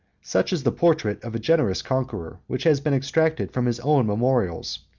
such is the portrait of a generous conqueror, which has been extracted from his own memorials,